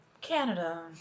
Canada